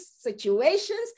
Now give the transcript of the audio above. situations